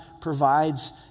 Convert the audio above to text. provides